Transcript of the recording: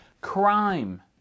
CRIME